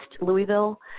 Louisville